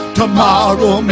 tomorrow